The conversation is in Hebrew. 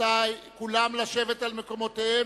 כולם לשבת על מקומותיהם.